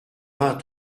vingt